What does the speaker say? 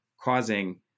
causing